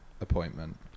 appointment